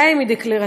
גם אם היא דקלרטיבית,